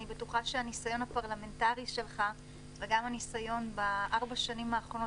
אני בטוחה שהניסיון הפרלמנטרי שלך וגם הניסיון בארבע השנים האחרונות